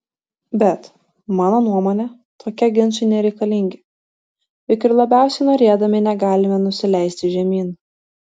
bet mano nuomone tokie ginčai nereikalingi juk ir labiausiai norėdami negalime nusileisti žemyn